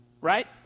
Right